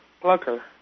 Plucker